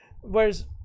Whereas